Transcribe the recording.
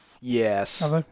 Yes